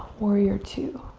warrior two.